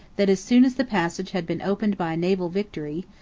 that, as soon as the passage had been opened by a naval victory,